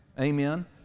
Amen